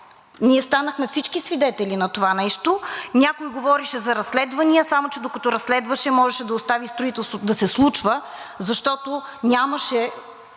ние станахме свидетели на това нещо. Някой говореше за разследвания, само че, докато разследваше, можеше да остави строителството да се случва, защото нямаше